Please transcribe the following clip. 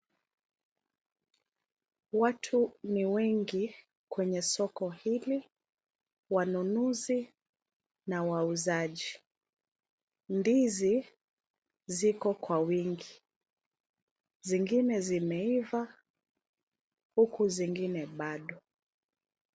Watu ni wengi kwenye soko hili, wanunuzi na wauzaji. Ndizi ziko kwa wingi, zingine zimeiva huku zingine bado.